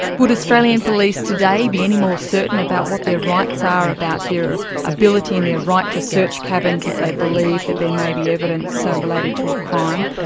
would australian police today be any more certain about what their rights are, about their ability and their right to search cabins if they believe that there may be evidence ah related to a crime,